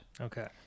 Okay